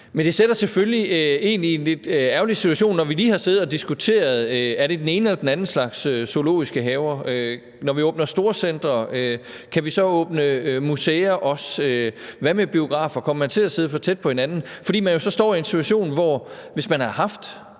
Men det sætter selvfølgelig en i en lidt ærgerlig situation, når vi lige har siddet og diskuteret, om det skal være den ene eller den anden slags zoologiske haver; om vi, når vi åbner storcentre, så også kan åbne museer; om man i biografer kommer til at sidde for tæt på hinanden – altså fordi vi jo så står i en situation, hvor beslutningerne